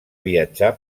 viatjar